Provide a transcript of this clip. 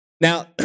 Now